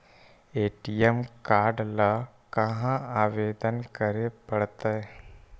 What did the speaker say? ATM card ल कहा आवेदन करे पड़तै?